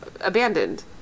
abandoned